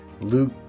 Luke